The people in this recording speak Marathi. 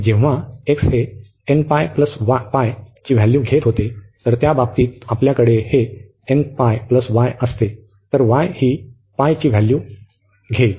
आणि जेव्हा x हे nπ π ची व्हॅल्यू घेत होते तर त्या बाबतीत आपल्याकडे हे nπ y असते तर y ही ची व्हॅल्यू घेईल